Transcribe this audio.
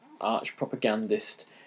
arch-propagandist